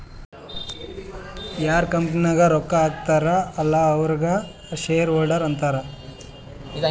ಯಾರ್ ಕಂಪನಿ ನಾಗ್ ರೊಕ್ಕಾ ಹಾಕಿರ್ತಾರ್ ಅಲ್ಲಾ ಅವ್ರಿಗ ಶೇರ್ ಹೋಲ್ಡರ್ ಅಂತಾರ